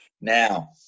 Now